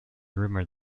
rumoured